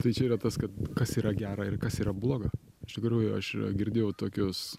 tai čia yra tas kad kas yra gera ir kas yra bloga iš tikrųjų aš girdėjau tokius